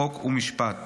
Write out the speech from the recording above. חוק ומשפט